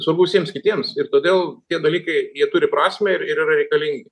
svarbu visiems kitiems ir todėl tie dalykai jie turi prasmę ir yra reikalingi